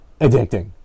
addicting